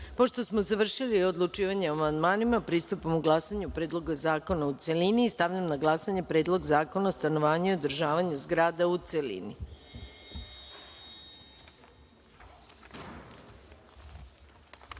smo završili odlučivanje o amandmanima, pristupamo glasanju o Predlogu zakona u celini. Stavljam na glasanje Predlog zakona o stanovanju i održavanju zgrada, u